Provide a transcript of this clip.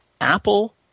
Apple